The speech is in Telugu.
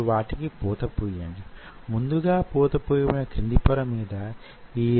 మీరు తిరిగి నిర్మించేవి చాలా చిన్న నిర్మాణాలు